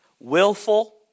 willful